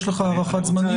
יש לך הערכת זמנים?